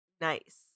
nice